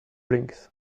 rings